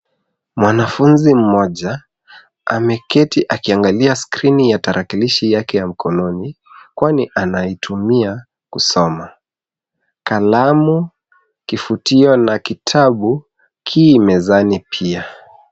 Mwanafunzi mmoja ameketi akiangalia skrini ya tarakilishi yake ya mkononi, kwani anaitumia kusoma. Kalamu , kifutio na kitabu ki mezani pia.